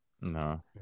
No